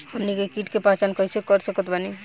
हमनी के कीट के पहचान कइसे कर सकत बानी?